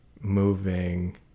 moving